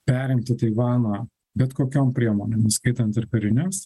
perimti taivaną bet kokiom priemonėm įskaitant ir karines